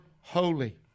holy